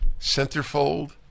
Centerfold